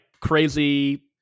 crazy